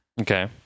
Okay